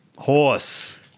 Horse